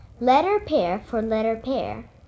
letter-pair-for-letter-pair